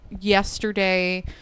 yesterday